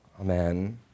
Amen